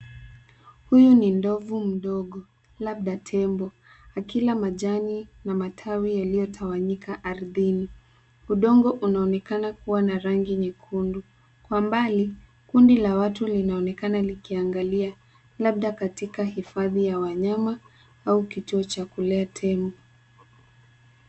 Huyu ni ndovu mdogo labda tembo akila majani na matawi yaliyotawanyika ardhini, udongo unaonekana kuwa na rangi nyekundu Kwa mbali kundi la watu linaonekana likiangalia labda katika hifadhi ya wanyama au kituo cha kulea tembo